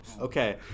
Okay